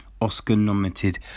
Oscar-nominated